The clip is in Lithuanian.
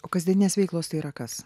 o kasdieninės veiklos tai yra kas